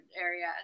area